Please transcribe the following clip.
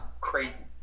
crazy